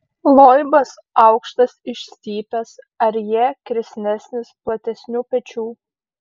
loibas aukštas išstypęs arjė kresnesnis platesnių pečių